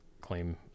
claim